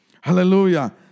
Hallelujah